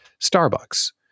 Starbucks